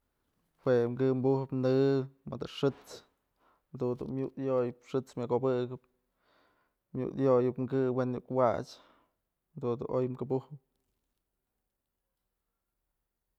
Juem kë bujëp në mëdë xët's jadun dun myut yoyëp xët's myëk obëkëp myut yoyëp kë we'en iuk wach jadun dun oy këbujëp.